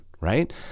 right